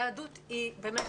היהדות היא באמת,